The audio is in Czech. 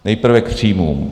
Nejprve k příjmům.